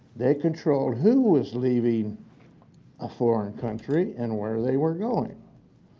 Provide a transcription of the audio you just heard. they control who is leaving a foreign country and where they were going.